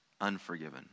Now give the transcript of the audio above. unforgiven